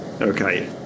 Okay